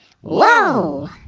Whoa